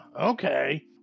okay